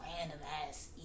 random-ass